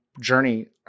journey